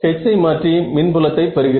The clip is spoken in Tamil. H ஐ மாற்றி மின் புலத்தை பெறுகிறேன்